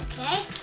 okay?